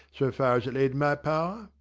so far as it lay in my power?